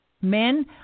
men